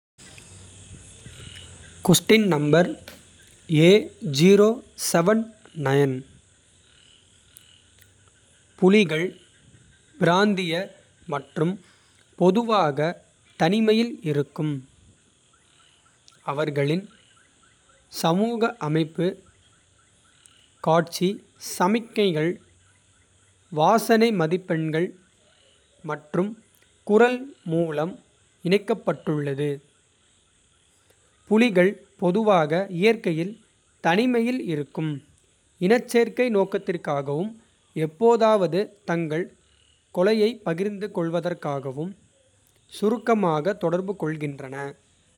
புலிகள் பிராந்திய மற்றும் பொதுவாக தனிமையில் இருக்கும். அவர்களின் சமூக அமைப்பு காட்சி சமிக்ஞைகள். வாசனை மதிப்பெண்கள் மற்றும் குரல் மூலம். இணைக்கப்பட்டுள்ளது புலிகள் பொதுவாக. இயற்கையில் தனிமையில் இருக்கும் இனச்சேர்க்கை. நோக்கத்திற்காகவும் எப்போதாவது தங்கள். கொலையைப் பகிர்ந்து கொள்வதற்காகவும். சுருக்கமாக தொடர்பு கொள்கின்றன.